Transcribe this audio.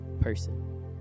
person